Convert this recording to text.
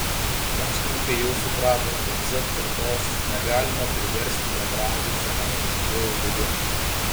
mokslininkai jau suprato kad z kartos negalima priversti bendrauti senamadiškuoju būdu